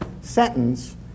sentence